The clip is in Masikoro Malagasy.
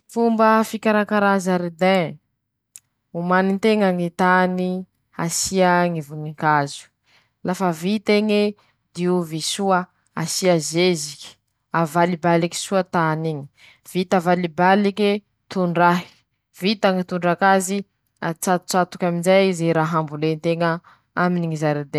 Fomba hiborosia soa ñy hin-teña<ptoa>: -Alà ñy kôligaty, miaraky aminy ñy borosy nify, -Asia kôligaty borosy nify iñy, -Ozà amizay ñy hin-teña, ozà soa ñy nofotsy hy, -Ñy renin-ky, vit'eñy, kobañy aminy ñy rano.